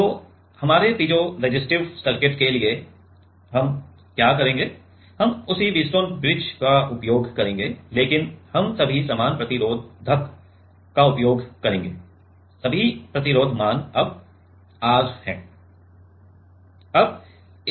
तो हमारे piezoresistive circuit के लिए हम क्या करेंगे हम उसी व्हीटस्टोन ब्रिज का उपयोग करेंगे लेकिन हम सभी समान प्रतिरोधक का उपयोग करेंगे सभी प्रतिरोध मान अब R हैं